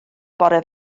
bore